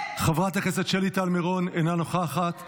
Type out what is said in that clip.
חברת הכנסת שלי טל מירון, אינה נוכחת.